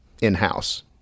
in-house